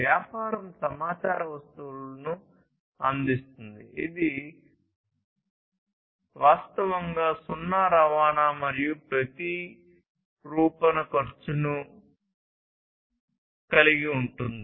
వ్యాపారం సమాచార వస్తువులను అందిస్తుంది ఇది వాస్తవంగా సున్నా రవాణా మరియు ప్రతిరూపణ ఖర్చును కలిగి ఉంటుంది